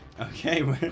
okay